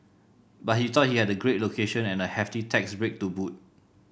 but he thought he had a great location and a hefty tax break to boot